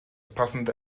passende